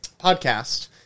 podcast